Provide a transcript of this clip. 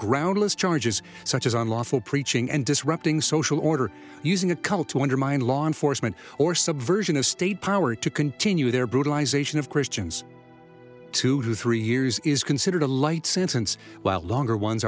groundless charges such as unlawful preaching and disrupting social order using a cult to undermine law enforcement or subversion of state power to continue their brutalization of christians two to three years is considered a light sentence while longer ones